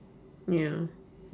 ya